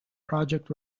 project